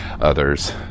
others